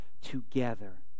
together